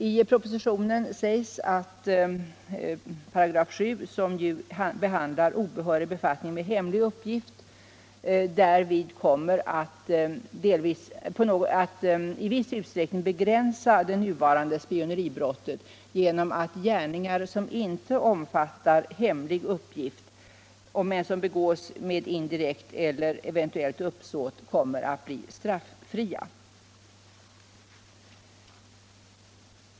I propositionen sägs att 7 §, som behandlar obehörig befattning med hemlig uppgift därmed kommer att i viss utsträckning begränsa det nuvarande spioneribrottet genom att gärningar, som inte omfattar hemlig uppgift men som begås med indirekt eller eventuellt uppsåt, kommer att bli straffria.